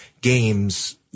games